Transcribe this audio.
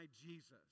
Jesus